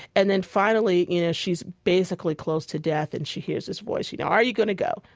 and then finally, you know, she's basically close to death. and she hears this voice, you know, are you going to go?